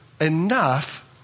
enough